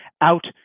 out